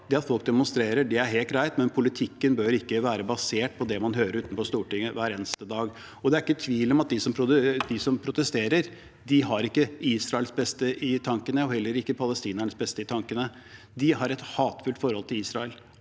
folk demonstrerer, er helt greit, men politikken bør ikke være basert på det man hører utenfor Stortinget hver eneste dag. Det er ikke tvil om at de som protesterer, ikke har Israels beste i tankene og heller ikke palestinernes beste i tankene. De har et hatefullt forhold til Israel.